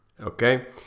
Okay